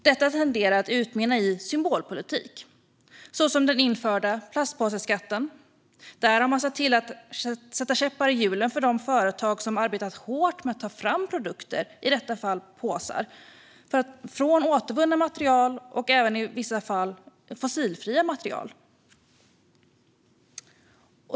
Detta tenderar att utmynna i symbolpolitik, såsom den införda plastpåseskatten. Där har man satt käppar i hjulen för företag som har arbetat hårt med att ta fram produkter, i detta fall påsar, av återvunnet och i vissa fall fossilfritt material.